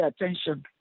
attention